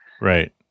right